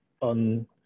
on